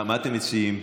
מה אתם מציעים?